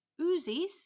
Uzis